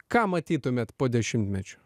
ką matytumėt po dešimtmečio